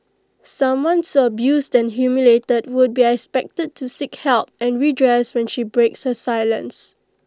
someone so abused and humiliated would be expected to seek help and redress when she breaks her silence